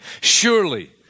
surely